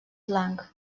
blanc